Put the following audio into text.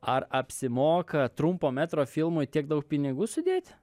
ar apsimoka trumpo metro filmui tiek daug pinigų sudėt